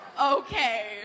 Okay